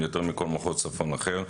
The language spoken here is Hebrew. יותר מכל מחוז צפון אחר.